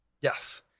Yes